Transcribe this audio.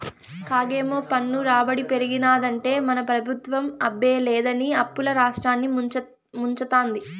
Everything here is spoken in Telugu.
కాగేమో పన్ను రాబడి పెరిగినాదంటే మన పెబుత్వం అబ్బే లేదని అప్పుల్ల రాష్ట్రాన్ని ముంచతాంది